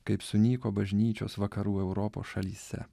kaip sunyko bažnyčios vakarų europos šalyse